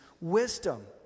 wisdom